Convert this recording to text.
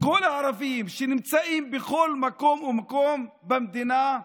כל הערבים שנמצאים בכל מקום ומקום במדינה,